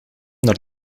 naar